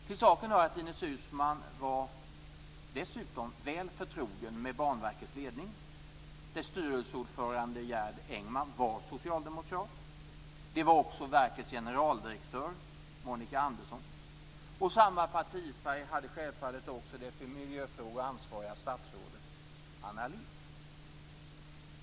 Till saken hör att Ines Uusmann dessutom var förtrogen med Banverkets ledning. Dess styrelseordförande Gerd Engman var socialdemokrat. Det var också verkets generaldirektör Monica Andersson. Samma partifärg hade självfallet också det för miljöfrågor ansvariga statsrådet Anna Lindh.